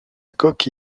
coque